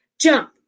jump